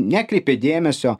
nekreipė dėmesio